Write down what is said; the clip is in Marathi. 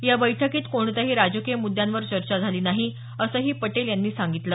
या बैठकीत कोणत्याही राजकीय मुद्यांवर चर्चा झाली नाही असंही पटेल यांनी सांगितलं